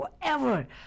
forever